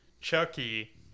Chucky